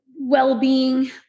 well-being